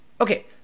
okay